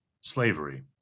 slavery